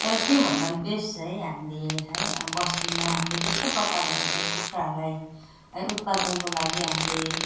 तर त्यो भन्दा बेस्ट चाहिँ हामीले है बस्तीमा हामीले जस्तो प्रकारले हामीले कुखुराहरूलाई है उत्पादनको लागि हामीले